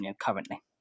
currently